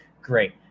great